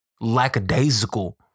lackadaisical